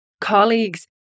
colleagues